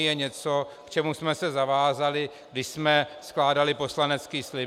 Je to něco, k čemu jsme se zavázali, když jsme skládali poslanecký slib.